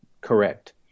correct